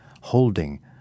holding